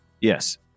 Yes